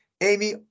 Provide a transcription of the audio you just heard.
Amy